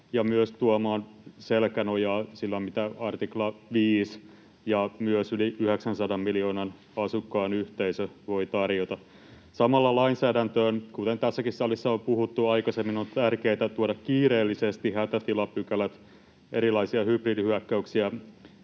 ja myös tuomaan selkänojaa sillä, mitä artikla 5 ja myös yli 900 miljoonan asukkaan yhteisö voivat tarjota. Samalla lainsäädäntöön, kuten tässäkin salissa on puhuttu aikaisemmin, on tärkeätä tuoda kiireellisesti hätätilapykälät erilaisten hybridihyökkäyksien